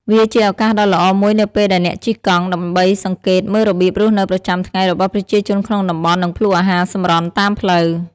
វាជាឱកាសដ៏ល្អមួយនៅពេលដែលអ្នកជិះកង់ ដើម្បីសង្កេតមើលរបៀបរស់នៅប្រចាំថ្ងៃរបស់ប្រជាជនក្នុងតំបន់ និងភ្លក់អាហារសម្រន់តាមផ្លូវ។